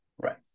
Right